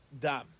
dam